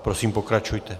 Prosím, pokračujte.